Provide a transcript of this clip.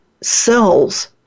cells